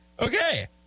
Okay